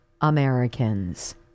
Americans